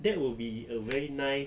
that would be a very nice